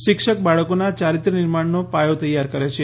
શિક્ષક બાળકોના ચારિત્ર્ય નિર્માણનો પાયો તૈયાર કરે છે